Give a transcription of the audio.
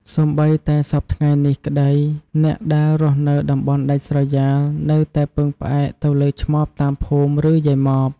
សូម្បីតែសព្វថ្ងៃនេះក្ដី អ្នកដែលរស់នៅតំបន់ដាច់ស្រយាលនៅតែពឹងផ្អែកទៅលើឆ្មបតាមភូមិ ឬ យាយម៉ប។